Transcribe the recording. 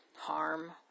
harm